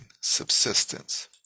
subsistence